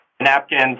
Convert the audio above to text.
napkins